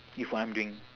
with what I'm doing